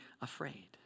afraid